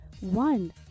one